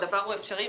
הדבר הוא אפשרי,